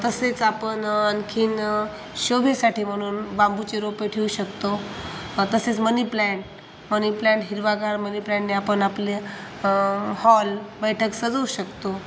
तसेच आपण आणखीन शोभेसाठी म्हणून बांबूचे रोपे ठेवू शकतो तसेच मनीप्लॅन्ट मनीप्लॅन्ट हिरवागार मनीप्लॅन्टने आपण आपले हॉल बैठक सजवू शकतो